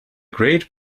great